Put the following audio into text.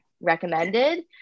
recommended